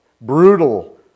brutal